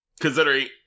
considering